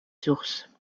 sources